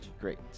Great